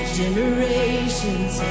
generations